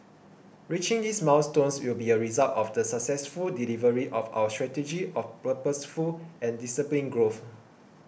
reaching these milestones will be a result of the successful delivery of our strategy of purposeful and disciplined growth